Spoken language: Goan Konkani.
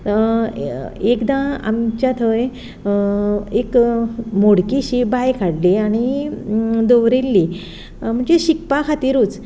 एकदां आमच्या थंय एक मोडकी शी बायक हाडली आनी दवरिल्ली म्हणजे शिकपा खातिरूच